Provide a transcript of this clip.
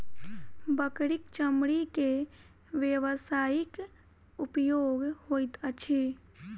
बकरीक चमड़ी के व्यवसायिक उपयोग होइत अछि